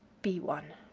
be one.